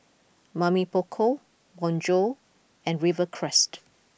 Mamy Poko Bonjour and Rivercrest